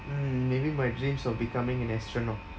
mm maybe my dreams of becoming an astronaut